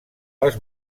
les